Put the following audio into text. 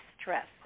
stress